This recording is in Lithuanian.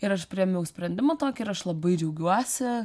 ir aš priėmiau sprendimą tokį ir aš labai džiaugiuosi